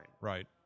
Right